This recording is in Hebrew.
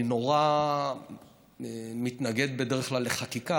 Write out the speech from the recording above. אני נורא מתנגד בדרך כלל לחקיקה,